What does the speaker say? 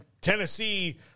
Tennessee